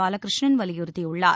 பாலகிருஷ்ணன் வலியுறுத்தியுள்ளார்